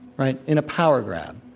right, in a power grab.